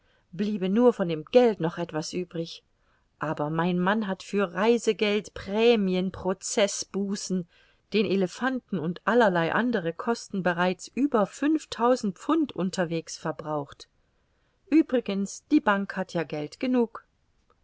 bliebe nur vom geld noch etwas übrig aber mein mann hat für reisegeld prämien proceß bußen den elephanten und allerlei andere kosten bereits über fünftausend pfund unterwegs verbraucht uebrigens die bank hat ja geld genug